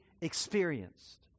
experienced